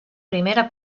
primera